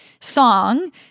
song